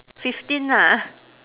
fifteen nah